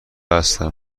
هستم